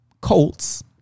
Colts